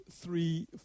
three